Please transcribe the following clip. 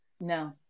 no